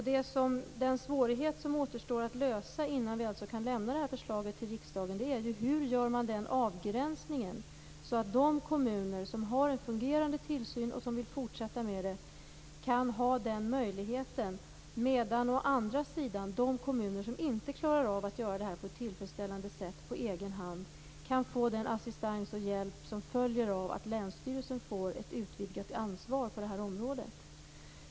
Den svårighet som återstår att undanröja innan vi kan lämna förslag till riksdagen är hur man gör den avgränsningen, så att de kommuner som har en fungerande tillsyn och som vill fortsätta med den kan ha kvar den möjligheten, medan å andra sidan de kommuner som inte klarar att på egen hand göra det här på ett tillfredsställande sätt kan få den hjälp och assistans som följer av att länsstyrelsen får ett utvidgat ansvar på det här området.